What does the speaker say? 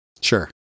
Sure